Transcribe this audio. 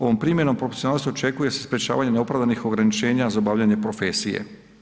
Ovom primjenom proporcionalnosti očekuje se sprječavanje neopravdanih ograničenja za obavljanje profesije.